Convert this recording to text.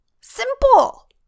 Simple